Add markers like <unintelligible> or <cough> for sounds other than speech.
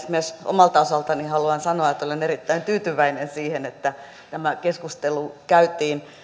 <unintelligible> myös omalta osaltani haluan sanoa että olen erittäin tyytyväinen siihen että tämä keskustelu käytiin